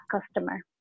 customer